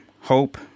hope